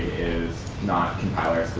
is not